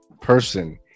person